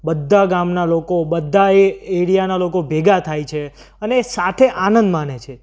બધા ગામના લોકો બધા એ એરિયાના લોકો ભેગા થાય છે અને સાથે આનંદ માણે છે